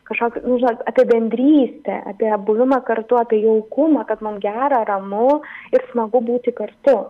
kažkoks nu žinot apie bendrystę apie buvimą kartu apie jaukumą kad mum gera ramu ir smagu būti kartu